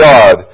God